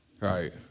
Right